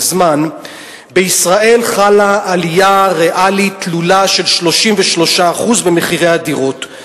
בישראל חלה עלייה ריאלית תלולה של 33% במחירי הדירות.